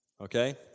okay